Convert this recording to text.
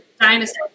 dinosaur